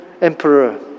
Emperor